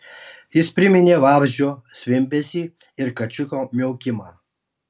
jis priminė vabzdžio zvimbesį ir kačiuko miaukimą